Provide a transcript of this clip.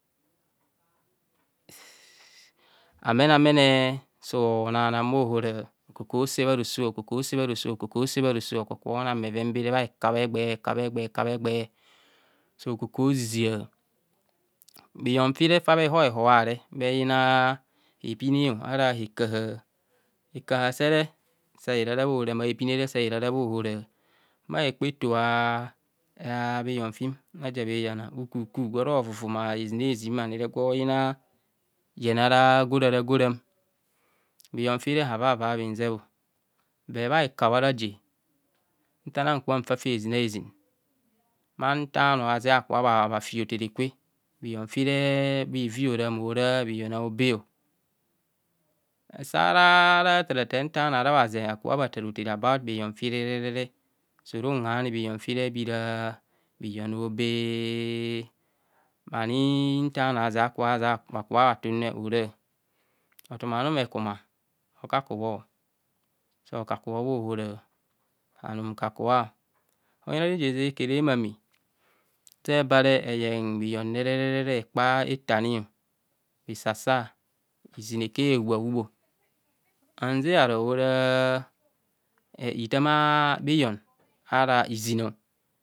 Amenemene so nama hora okoko sebharoso okoko sebha roso okoko sebharoso okoko nan bheven bere bha hekabhe egbe ekabhe egbe ekabhe egbe sokoko izizia bhiyon fire ga bhihor ehuare bhi yina epine ara hekaha hekaha sere sahe rara bhahora ma hepine sere saherara bhahora bhahekpa efo aa bhiton fim ukuku gworo vuvuma ezine zinmanire gwo yina yen ara goraragoram bhiyon fire havava bhinsebho bur bha heka bhe araje nta hara nka mfa fi hezi ahezin bhanta bhano bhazen aka bhafi oter kwe bhiyon fireere bhivi ora mora bhiyon a'obe sarataratar hotere afi ntano ahara bhazen bhata hotere bhabemgha bhigonfinere suru unhani bhihon fire ora sun hani bhi- yon fi ora bhiyon a'obeee aniii ntano ano bhazen akubhobha tune hora otumanu ekuma okakubho sokaku bho bhohora anum nka kua oyina reje sekere mamee sebare eyen bhihonererere bha hekpa eto ani bhisasa izin ekubho ehubhahub hanzeno ora ehitam a bhiyon ara izin